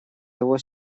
его